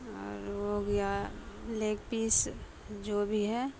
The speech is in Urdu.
اور وہ ہو گیا لیگ پیس جو بھی ہے